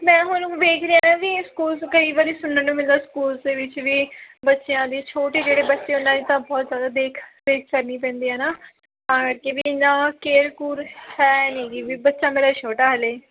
ਮੈਂ ਹੁਣ ਵੇਖ ਰਿਹਾ ਵੀ ਸਕੂਲਸ 'ਚ ਕਈ ਵਾਰ ਸੁਣਨ ਨੂੰ ਮਿਲਦਾ ਸਕੂਲਸ ਦੇ ਵਿੱਚ ਵੀ ਬੱਚਿਆਂ ਦੇ ਛੋਟੇ ਜਿਹੜੇ ਬੱਚੇ ਉਹਨਾਂ ਦੀ ਤਾਂ ਬਹੁਤ ਜ਼ਿਆਦਾ ਦੇਖ ਰੇਖ ਕਰਨੀ ਪੈਂਦੀ ਆ ਨਾ ਤਾਂ ਕਰਕੇ ਵੀ ਇੰਨਾ ਕੇਅਰ ਕੁਅਰ ਹੈ ਨੀਗੀ ਵੀ ਬੱਚਾ ਮੇਰਾ ਛੋਟਾ ਹਜੇ